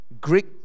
Greek